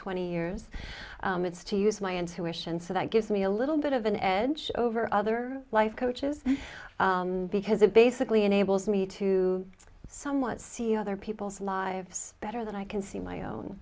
twenty years it's to use my intuition so that gives me a little bit of an edge over other life coaches because it basically enables me to somewhat see other people's lives better than i can see my own